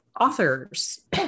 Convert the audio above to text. authors